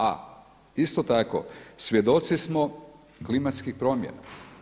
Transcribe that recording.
A isto tako, svjedoci smo klimatskih promjena.